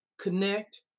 connect